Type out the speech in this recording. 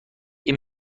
این